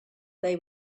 they